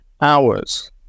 hours